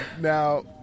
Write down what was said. Now